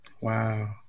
wow